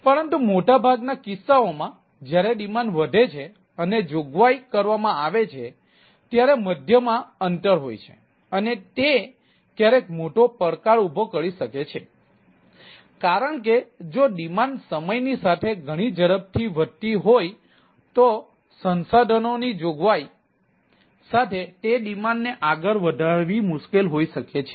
પરંતુ મોટા ભાગના કિસ્સાઓમાં જ્યારે ડિમાન્ડ વધે છે અને જોગવાઈ કરવામાં આવે છે ત્યારે મધ્યમાં અંતર હોય છે અને તે ક્યારેક મોટો પડકાર ઊભો કરી શકે છે કારણ કે જો ડિમાન્ડ સમય ની સાથે ગણી ઝડપથી વધતી હોય તો સંસાધનોની જોગવાઈ સાથે તે ડિમાન્ડને આગળ વધારવી મુશ્કેલ હોઈ શકે છે